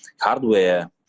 hardware